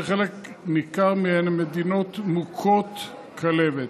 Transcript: וחלק ניכר מהן מדינות מוכות כלבת.